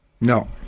No